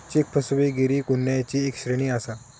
check फसवेगिरी गुन्ह्यांची एक श्रेणी आसा